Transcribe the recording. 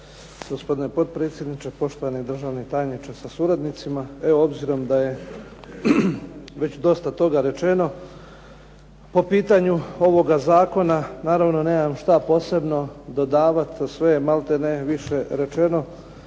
Gospodine potpredsjedniče, gospodine državni tajniče sa suradnicima. Evo obzirom da je dosta toga već rečeno po pitanju ovoga zakona, naravno nemam što posebno dodavati, sve je malete ne više rečeno.